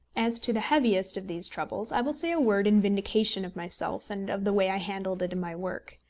as to the heaviest of these troubles, i will say a word in vindication of myself and of the way i handled it in my work.